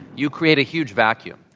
you create a huge vacuum,